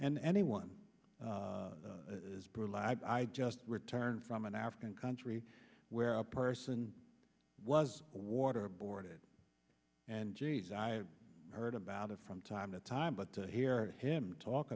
and anyone as brutal i just returned from an african country where a person was water boarded and geez i heard about it from time to time but to hear him talk